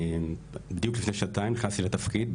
בדיוק לפני שנתיים נכנסתי לתפקיד,